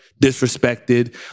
disrespected